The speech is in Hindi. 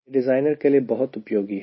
यह डिज़ाइनर के लिए बहुत उपयोगी है